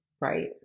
Right